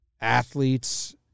athletes